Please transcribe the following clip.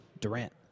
Durant